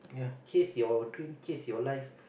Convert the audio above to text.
chase your dream chase your life